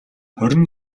хорин